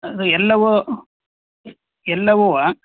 ಅದು ಎಲ್ಲವೂ ಎಲ್ಲವೂ